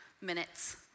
minutes